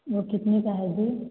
वह कितने का है दी